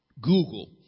Google